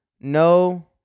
No